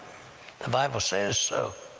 the bible says so.